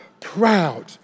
proud